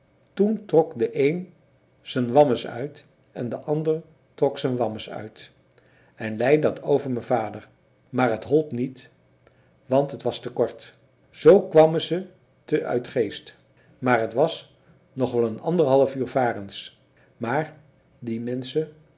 toen trok de een zen wammes uit en de ander trok zen wammes uit en lei dat over me vader maar het holp niet want het was te kort zoo kwammen ze te uitgeest maar het was nog wel en anderhalfuur varens maar die menschen